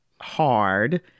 hard